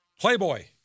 Playboy